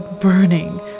burning